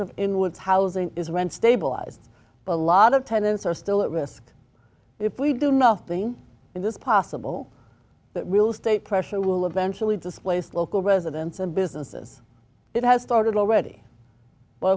of in woods housing is rent stabilized a lot of tenants are still at risk if we do nothing in this possible real estate pressure will eventually displace local residents and businesses it has started already but